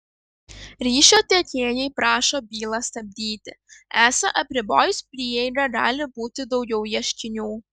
ryšio tiekėjai prašo bylą stabdyti esą apribojus prieigą gali būti daugiau ieškinių